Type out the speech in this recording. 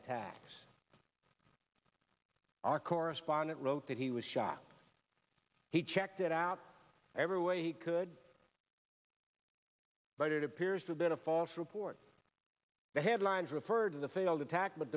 attacks our correspondent wrote that he was shot he checked it out every way he could but it appears that in a false report the headlines referred to the failed attack but